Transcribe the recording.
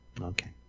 Okay